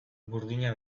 burdina